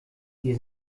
wir